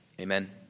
Amen